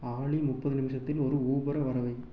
ஆலி முப்பது நிமிஷத்தில் ஒரு ஊபரை வரவை